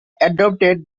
adopted